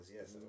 yes